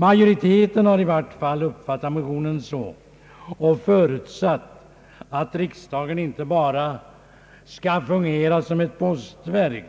Majoriteten har i vart fall uppfattat motionen så och förutsatt att riksdagen inte bara skall fungera som ett postverk